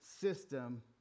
system